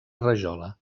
rajola